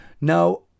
Now